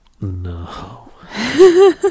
No